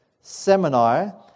seminar